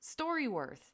StoryWorth